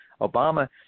Obama